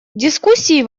дискуссии